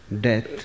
death